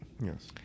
Yes